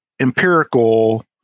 empirical